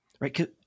right